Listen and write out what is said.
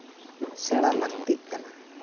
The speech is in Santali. ᱥᱮᱬᱟ ᱞᱟᱹᱠᱛᱤᱜ ᱠᱟᱱᱟ